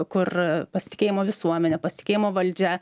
kur pasitikėjimo visuomene pasitikėjimo valdžia